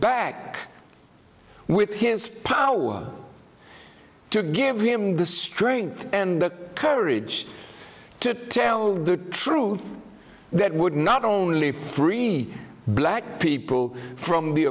back with his power to give him the strength and the courage to tell the truth that would not only free black people from the